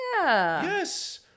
Yes